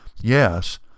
yes